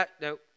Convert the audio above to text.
No